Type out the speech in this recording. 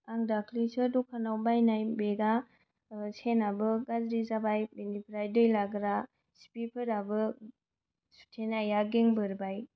आं दाख्लैसो दकानाव बायनाय बेगा सेनाबो गाज्रि जाबाय बिनिफ्राय दै लाग्रा सिफिफोराबो सुथेनाया गेंबोरबाय